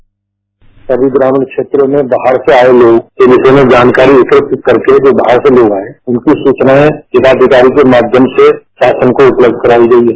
समी ग्रामीण क्षेत्रों में बाहर से आये लोग के बारे में जानकारी एकत्र कर के जो बाहर से लोग आये हैं उनकी सूचनायें जिला अधिकारी के माध्यम से शासन को उपलब्ध कराई गई हैं